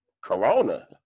Corona